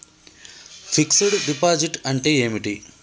Fix డ్ deposit అంటే ఏమిటి?